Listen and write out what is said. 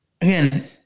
again